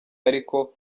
ariko